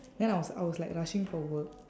then I was I was like rushing for work